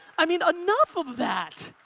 i mean enough of that.